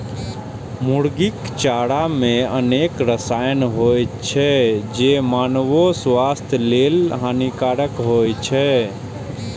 मुर्गीक चारा मे अनेक रसायन होइ छै, जे मानवो स्वास्थ्य लेल हानिकारक होइ छै